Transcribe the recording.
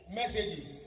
messages